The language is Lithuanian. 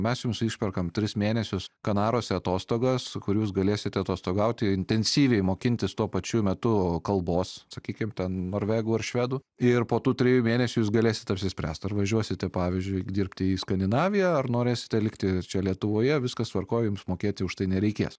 mes jums išperkam tris mėnesius kanaruose atostogas su kur jūs galėsite atostogauti intensyviai mokintis tuo pačiu metu kalbos sakykim ten norvegų ar švedų ir po tų trijų mėnesių jūs galėsit apsispręst ar važiuosite pavyzdžiui dirbti į skandinaviją ar norėsite likti čia lietuvoje viskas tvarkoj jums mokėti už tai nereikės